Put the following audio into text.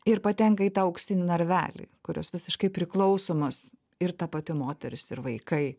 ir patenka į tą auksinį narvelį kur jos visiškai priklausomos ir ta pati moteris ir vaikai